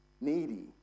needy